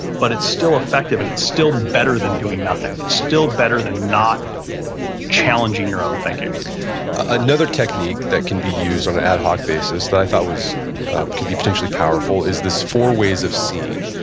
but it's still effective and it's still better than doing nothing. it's still better than not challenging your own thinking another technique that can be used on an ad hoc basis that i thought can be potentially powerful is this four ways of seeing,